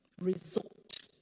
Result